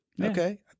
Okay